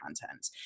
content